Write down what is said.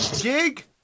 gig